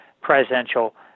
presidential